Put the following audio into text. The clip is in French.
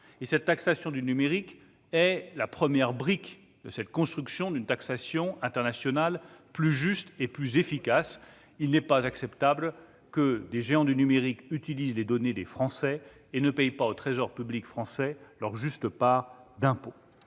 Cette taxation du numérique est la première brique de la construction d'une taxation internationale conforme à cet objectif : il n'est pas acceptable que des géants du numérique utilisent les données des Français et ne paient pas au Trésor public français leur juste part d'impôts.